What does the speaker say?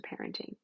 parenting